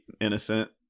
innocent